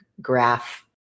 graph